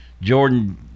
Jordan